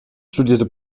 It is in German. studierte